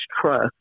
trust